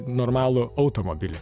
normalų automobilį